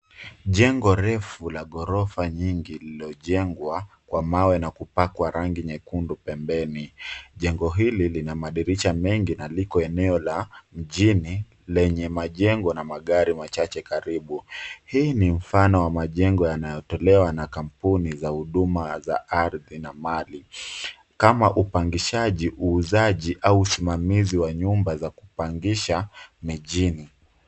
Jengo refu la ghorofa nyingi lililojengwa kwa mawe na kupakwa rangi nyekundu pembeni. Lina madirisha mengi na limo eneo la mjini lenye majengo na magari machache karibu. Hii ni mfano wa majengo yanayohusiana na kampuni za huduma za ardhi na mali kama upangishaji, uuzaji au usimamizi wa nyumba za kupangisha mijini.